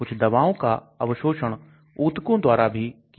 कुछ दवाओं का अवशोषण ऊतकों द्वारा भी किया जाता है